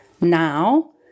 Now